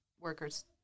workers